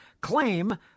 claim